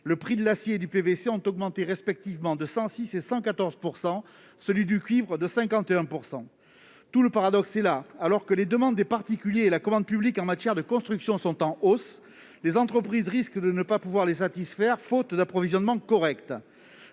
Les prix de l'acier et du PVC ont augmenté respectivement de 106 % et de 114 %, celui du cuivre de 51 %. Tout le paradoxe est là : les demandes des particuliers et la commande publique en matière de construction sont en hausse, mais les entreprises risquent de ne pas pouvoir les satisfaire faute d'approvisionnements corrects.